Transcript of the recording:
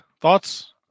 thoughts